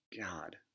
God